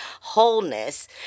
wholeness